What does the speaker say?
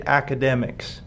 academics